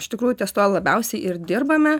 iš tikrųjų ties tuo labiausiai ir dirbame